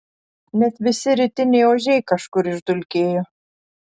net visi rytiniai ožiai kažkur išdulkėjo